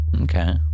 Okay